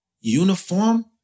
uniform